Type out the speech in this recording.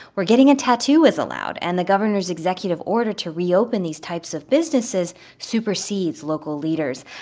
where getting a tattoo is allowed. and the governor's executive order to reopen these types of businesses supersedes local leaders.